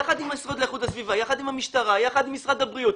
יחד עם המשרד להגנת הסביבה ויחד עם המשטרה ומשרד הבריאות,